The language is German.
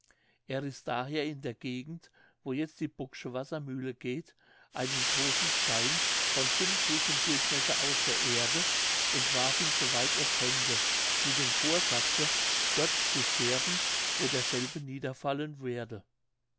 er riß daher in der gegend wo jetzt die bocksche wassermühle geht einen großen stein von fünf fuß im durchmesser aus der erde und warf ihn so weit er konnte mit dem vorsatze dort zu sterben wo derselbe niederfallen werde